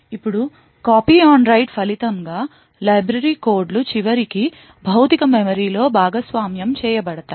ఇప్పుడు copy on write ఫలితంగా library కోడ్లు చివరికి భౌతిక మెమరీలో భాగస్వామ్యం చేయబడతాయి